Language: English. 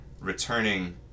returning